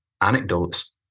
anecdotes